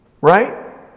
right